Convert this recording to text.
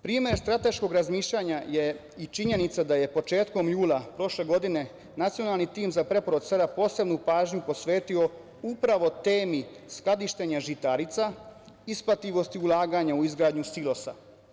Primer strateškog razmišljanja je i činjenica da je početkom jula prošle godine Nacionalni tim za preporod sela posebnu pažnju posvetio upravo temi skladištenja žitarica, isplativosti ulaganja u izgradnju silosa.